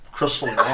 crystal